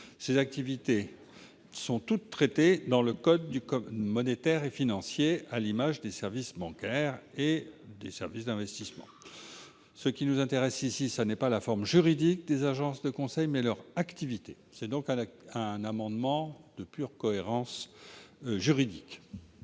Ces activités sont toutes traitées dans le code monétaire et financier, à l'image des services bancaires, des services de paiement et des services d'investissement. Ce qui nous intéresse ici, c'est non pas la forme juridique des agences de conseil, mais leur activité. Il s'agit d'un amendement de pure cohérence juridique.